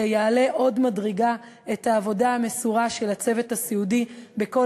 שיעלה עוד מדרגה את העבודה המסורה של הצוות הסיעודי בכל